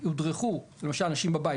הודרכו אנשים בבית,